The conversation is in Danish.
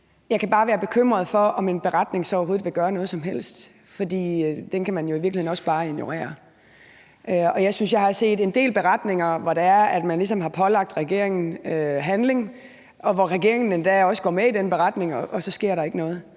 Jeg kan bare være bekymret for, om en beretning så overhovedet vil gøre noget som helst, for den kan man jo i virkeligheden også bare ignorere. Jeg synes, jeg har set en del beretninger, hvor man ligesom har pålagt regeringen at handle, og hvor regeringen endda også går med i den beretning, og så sker der ikke noget.